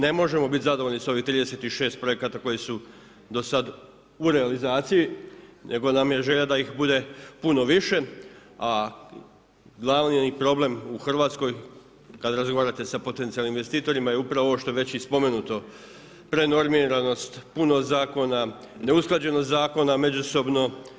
Ne možemo biti zadovoljni sa ovih 36 projekata koji su do sada u realizaciji nego nam je želja da ih bude puno više a glavni problem u Hrvatskoj kada razgovarate sa potencijalnim investitorima je upravo ovo što je već i spomenuto, prenormiranost, puno zakona, neusklađenost zakona međusobno.